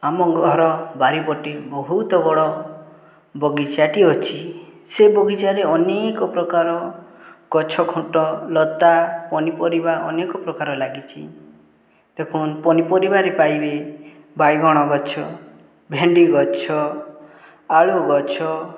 ଆମ ଘର ବାରିପଟେ ବହୁତ ବଡ଼ ବଗିଚାଟି ଅଛି ସେ ବଗିଚାରେ ଅନେକପ୍ରକାର ଗଛ ଖୁଣ୍ଟ ଲତା ପନିପରିବା ଅନେକପ୍ରକାର ଲାଗିଛି ଦେଖନୁ ପନିପରିବାରେ ପାଇବେ ବାଇଗଣ ଗଛ ଭେଣ୍ଡି ଗଛ ଆଳୁ ଗଛ